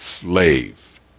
slave